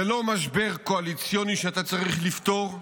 זה לא משבר קואליציוני שאתה צריך לפתור,